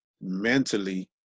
mentally